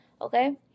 okay